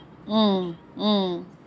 mm mm